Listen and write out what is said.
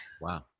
Wow